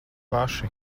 paši